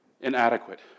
inadequate